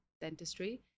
dentistry